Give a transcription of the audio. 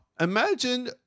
imagine